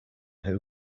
who